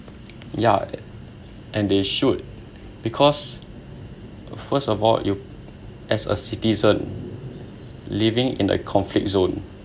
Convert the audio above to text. ya and they should because first of all you as a citizen living in a conflict zone